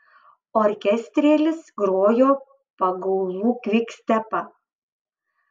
orkestrėlis grojo pagaulų kvikstepą